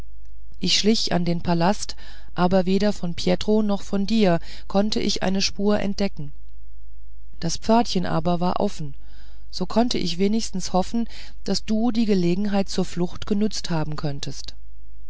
ich schlich an den palast aber weder von pietro noch von dir konnte ich eine spur entdecken das pförtchen aber war offen so konnte ich wenigstens hoffen daß du die gelegenheit zur flucht benützt haben könntest